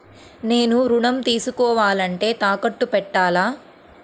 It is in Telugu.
నేను ఋణం తీసుకోవాలంటే తాకట్టు పెట్టాలా?